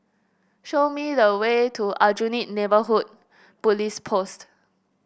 show me the way to Aljunied Neighbourhood Police Post